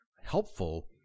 helpful